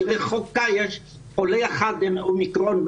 שמענו הבוקר שיש חולה אחד ב-אומיקרון.